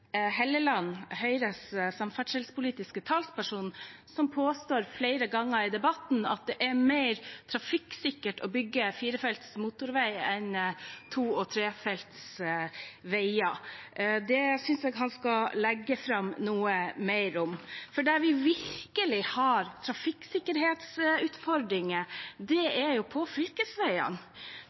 Helleland, Høyres samferdselspolitiske talsperson, som påstår flere ganger i debatten at det er mer trafikksikkert å bygge firefelts motorvei enn to- og trefelts veier. Det synes jeg han skal legge fram noe mer om, for der vi virkelig har trafikksikkerhetsutfordringer, er jo på fylkesveiene.